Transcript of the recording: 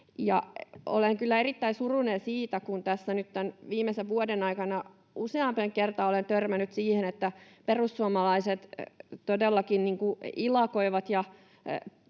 kun tässä nyt tämän viimeisen vuoden aikana useampaan kertaan olen törmännyt siihen, että perussuomalaiset todellakin ilakoivat ja